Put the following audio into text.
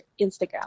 Instagram